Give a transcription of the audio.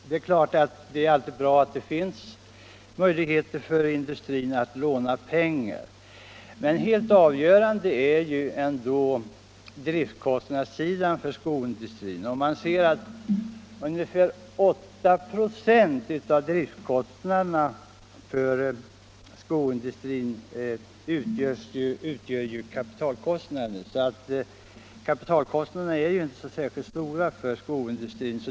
Det är alltid bra att det finns möjligheter för industrin att låna pengar, men helt avgörande för skoindustrin är ändå driftkostnadssidan. Ungefär 8 926 av skoindustrins driftkostnader är kapitalkostnader; dessa är alltså inte särskilt stora för skoindustrin.